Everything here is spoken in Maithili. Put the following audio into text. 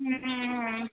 हूँ हूँ हूँ